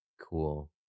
Cool